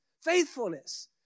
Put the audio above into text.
faithfulness